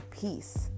peace